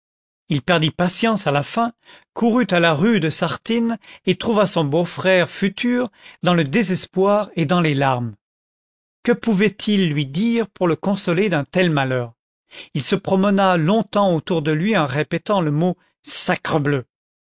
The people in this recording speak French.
il perdit patience à la fin courut à la rue de sartine et trouva son beau-frère futur dans le désespoir et dans les larmes que pouvait-il lui dire pour le consoler d'un tel malheur il se promena longtemps autour de lui en répétant le mot